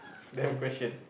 damn question